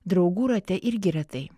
draugų rate irgi retai